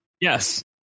Yes